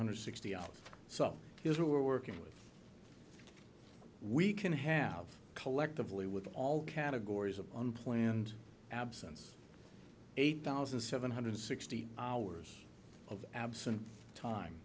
hundred sixty hours so here's what we're working with we can have collectively with all categories of unplanned absence eight thousand seven hundred sixty hours of absent time